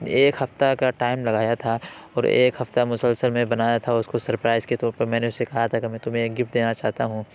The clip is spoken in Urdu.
ایک ہفتہ کا ٹائم لگایا تھا اور ایک ہفتہ مسلسل میں بنایا تھا اس کو سرپرائز کے طور پر میں نے اس سے کہا تھا کہ میں تمہیں ایک گفٹ دینا چاہتا ہوں